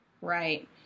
Right